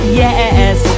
yes